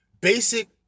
basic